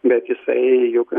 bet jisai juk